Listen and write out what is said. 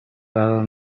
قرار